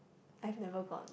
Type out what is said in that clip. I've never gone